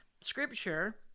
Scripture